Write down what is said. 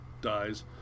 dies